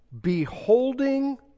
beholding